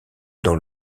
dans